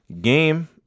game